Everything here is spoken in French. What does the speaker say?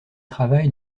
travaille